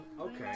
Okay